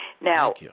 Now